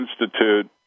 institute